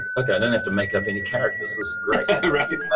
okay. i don't have to make up any characters. this is great. right.